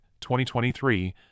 2023